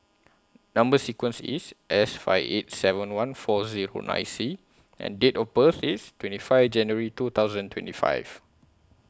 Number sequence IS S five eight seven one four Zero nine C and Date of birth IS twenty five January two thousand twenty five